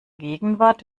gegenwart